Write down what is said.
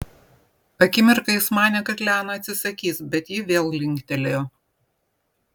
akimirką jis manė kad liana atsisakys bet ji vėl linktelėjo